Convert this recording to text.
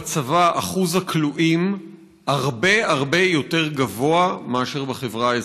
בצבא שיעור הכלואים הרבה הרבה יותר גבוה מאשר בחברה האזרחית.